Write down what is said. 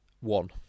One